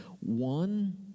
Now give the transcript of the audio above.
One